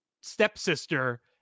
stepsister